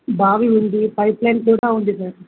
బావి ఉంది పైప్లైన్ కూడా ఉంది సార్